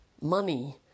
money